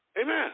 Amen